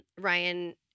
ryan